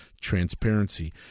transparency